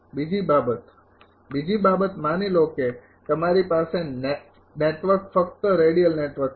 બીજી બાબત બીજી બાબત માની લો કે તમારી પાસે નેટવર્ક ફક્ત રેડિયલ નેટવર્ક છે